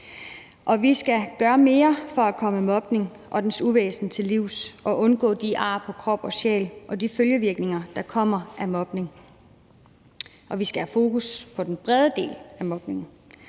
vi skal gøre mere for at komme mobning og dens uvæsen til livs og undgå de ar på krop og sjæl og de følgevirkninger, der kommer af mobning, og vi skal have fokus på den brede del af mobningen.